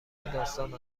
داستان